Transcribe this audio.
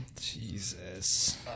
Jesus